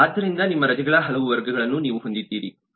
ಆದ್ದರಿಂದ ನಿಮ್ಮ ರಜೆಗಳ ಹಲವು ವರ್ಗಗಳನ್ನು ನೀವು ಹೊಂದಿದ್ದೀರಾ